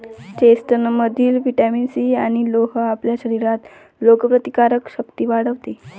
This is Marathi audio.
चेस्टनटमधील व्हिटॅमिन सी आणि लोह आपल्या शरीरातील रोगप्रतिकारक शक्ती वाढवते